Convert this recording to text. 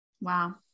Wow